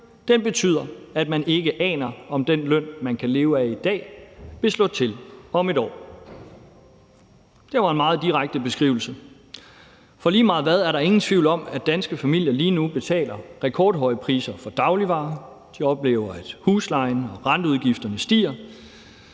Den betyder, at man ikke aner, om den løn, man kan leve af i dag, vil slå til om et år.« Det var en meget direkte beskrivelse. For lige meget hvad, er der ingen tvivl om, at danske familier lige nu betaler rekordhøje priser for dagligvarer; de oplever, at huslejen og renteudgifterne stiger.